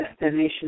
Destination